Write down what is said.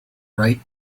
right